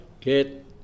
get